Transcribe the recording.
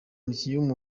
umukinnyi